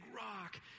rock